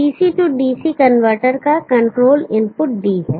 DC DC converter का control input d है